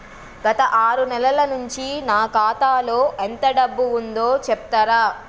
గత ఆరు నెలల నుంచి నా ఖాతా లో ఎంత డబ్బు ఉందో చెప్తరా?